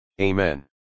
Amen